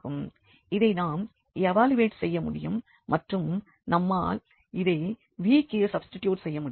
இதை நாம் ஏவாலுவேட் செய்ய முடியும் மற்றும் நம்மால் இதை v க்கு சப்ஸ்டிடியுட் செய்ய முடியும்